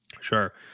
Sure